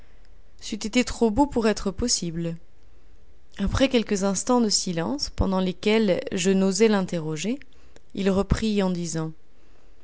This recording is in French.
c'eût été trop beau pour être possible après quelques instants de silence pendant lesquels je n'osais l'interroger il reprit en disant